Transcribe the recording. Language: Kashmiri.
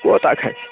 کوٗتاہ کھسہِ